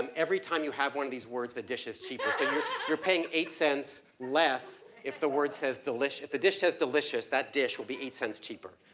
and every time you have one of these words, the dish is cheaper. so you're paying eight cents less is the word says delicious. if the dish says delicious, that dish will be eight cents cheaper.